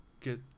get